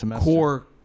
core